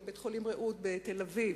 בתל-אביב,